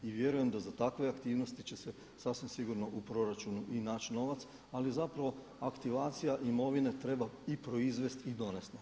I vjerujem da za takve aktivnosti će se sasvim sigurno u proračunu i naći novac, ali zapravo aktivacija imovine treba i proizvest i donest novce.